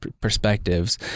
perspectives